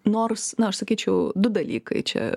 nors na aš sakyčiau du dalykai čia